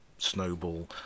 Snowball